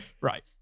Right